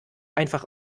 einfach